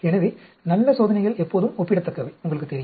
எனவே நல்ல சோதனைகள் எப்போதும் ஒப்பிடத்தக்கவை உங்களுக்குத் தெரியும்